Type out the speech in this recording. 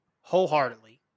wholeheartedly